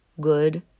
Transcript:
good